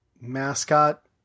mascot